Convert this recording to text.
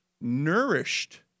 nourished